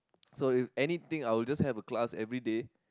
so if anything I'll just have a class everyday